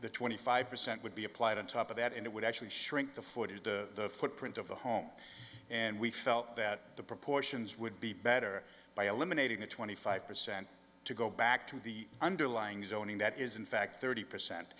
the twenty five percent would be applied on top of that and it would actually shrink the footage the footprint of the home and we felt that the proportions would be better by eliminating the twenty five percent to go back to the underlying zoning that is in fact thirty percent